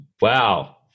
Wow